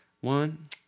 One